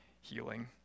healing